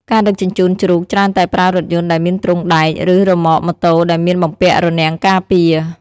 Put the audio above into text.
ការដឹកជញ្ជូនជ្រូកច្រើនតែប្រើរថយន្តដែលមានទ្រុងដែក ឬរ៉ឺម៉ក ម៉ូតូ ដែលមានបំពាក់រនាំងការពារ។